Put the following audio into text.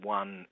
one